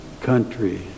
country